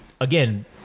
again